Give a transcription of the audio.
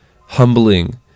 humbling